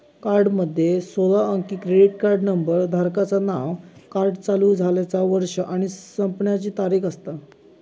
कार्डामध्ये सोळा अंकी क्रेडिट कार्ड नंबर, धारकाचा नाव, कार्ड चालू झाल्याचा वर्ष आणि संपण्याची तारीख असता